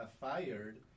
fired